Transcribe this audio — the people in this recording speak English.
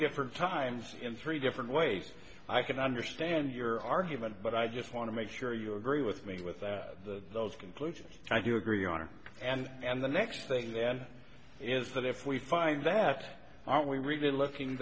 different times in three different ways i can understand your argument but i just want to make sure you agree with me with those conclusions i do agree on it and the next thing is that if we find that aren't we really looking